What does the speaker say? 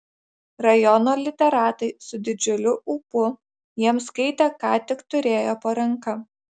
rajono literatai su didžiuliu ūpu jiems skaitė ką tik turėjo po ranka